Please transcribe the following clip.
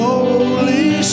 Holy